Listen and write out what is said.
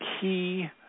key